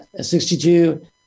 62